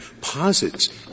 posits